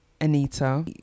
Anita